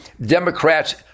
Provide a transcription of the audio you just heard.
democrats